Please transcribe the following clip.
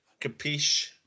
Capiche